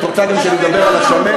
את רוצה גם שנדבר על השמנת.